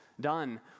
done